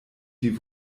die